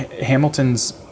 Hamilton's